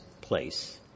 place